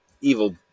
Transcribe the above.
evil